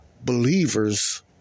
believers